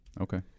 Okay